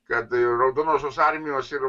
kad raudonosios armijos ir